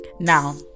Now